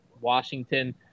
Washington